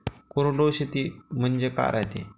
कोरडवाहू शेती म्हनजे का रायते?